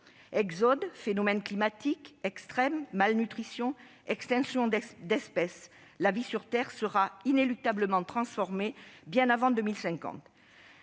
Exodes, phénomènes climatiques extrêmes, malnutrition, extinction d'espèces ... La vie sur terre sera inéluctablement transformée bien avant 2050.